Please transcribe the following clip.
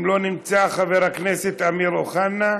אם הוא לא נמצא, חבר הכנסת אמיר אוחנה.